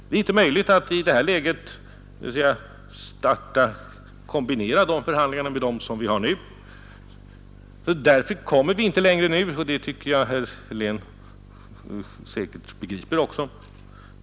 Det är inte möjligt att kombinera de förhandlingarna med dem som vi nu är inne i. Därför kommer vi inte längre nu, det förstår säkert herr Helén också.